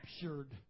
captured